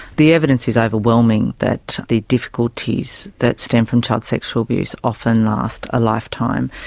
the evidence is overwhelming that the difficulties that stem from child sexual abuse often last a lifetime,